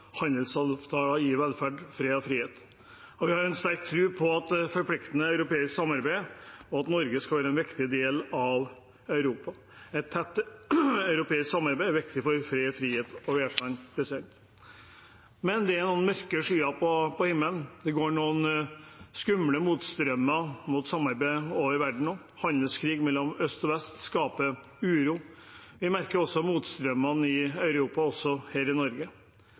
Handelsavtaler gir velferd, fred og frihet. Vi har en sterk tro på et forpliktende europeisk samarbeid, og at Norge skal være en viktig del av Europa. Et tett europeisk samarbeid er viktig for fred, frihet og velstand. Men det er noen mørke skyer på himmelen. Det går noen skumle motstrømmer mot samarbeid i verden også. Handelskrig mellom øst og vest skaper uro. Vi merker motstrømmene i Europa også her i Norge.